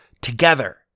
together